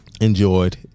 enjoyed